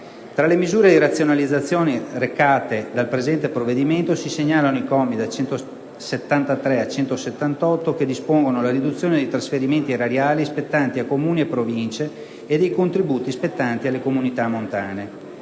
Tra le misure di razionalizzazione, si segnalano i commi da 173 a 178, che dispongono la riduzione dei trasferimenti erariali spettanti a Comuni e Province e dei contributi spettanti alle comunità montane.